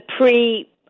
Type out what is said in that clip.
pre